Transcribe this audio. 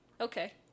Okay